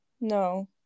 No